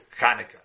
Hanukkah